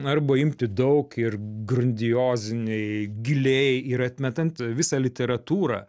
arba imti daug ir grandioziniai giliai ir atmetant visą literatūrą